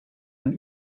een